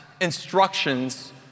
instructions